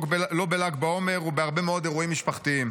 לא בל"ג בעומר ובהרבה מאוד אירועים משפחתיים.